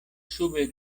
sube